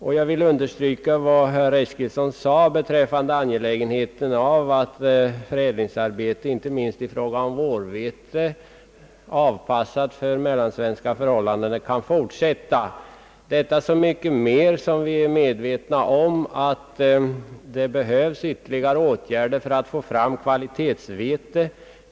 Inte minst vill jag understryka vad herr Eskilsson sade om angelägenheten av att förädlingsarbetet i fråga om vårvete, anpassat för mellansvenska förhållanden, kan fortsätta, detta så mycket mera som vi är medvetna om att det behövs ytterligare åtgärder för att få fram kvalitetsvete.